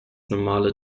normale